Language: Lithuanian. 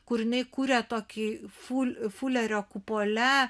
kur jinai kuria tokį ful fulerio kupole